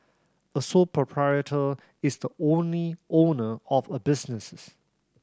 a sole proprietor is the only owner of a businesses